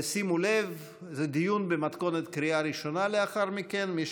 שימו לב, לאחר מכן זה דיון במתכונת קריאה ראשונה.